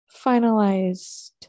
finalized